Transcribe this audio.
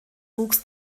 wuchs